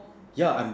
ya I'm